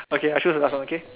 okay I choose the last one okay